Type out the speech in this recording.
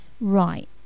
Right